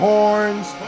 Horns